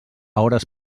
hores